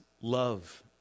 love